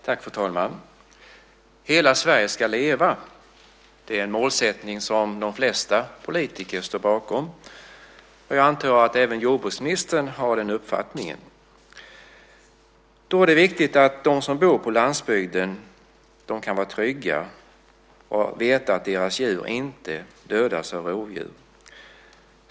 Fru talman! Hela Sverige ska leva. Det är en målsättning som de flesta politiker står bakom, och jag antar att även jordbruksministern har den uppfattningen. Då är det viktigt att de som bor på landsbygden kan vara trygga och veta att deras djur inte dödas av rovdjur.